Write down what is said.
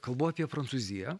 kalbu apie prancūziją